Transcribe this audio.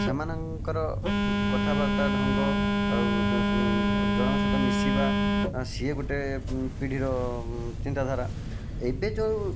ସେମାନଙ୍କର କଥାବାର୍ତ୍ତା ଢଙ୍ଗ ଆଉ ଜଣଙ୍କ ସହିତ ମିଶିବା ସିଏ ଗୋଟିଏ ପିଢ଼ୀର ଚିନ୍ତାଧାରା ଏବେ ଯେଉଁ